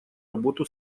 работу